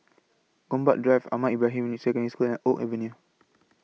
Gombak Drive Ahmad Ibrahim Secondary School and Oak Avenue